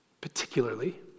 Particularly